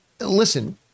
listen